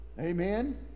amen